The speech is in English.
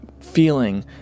feeling